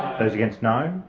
those against no.